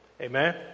Amen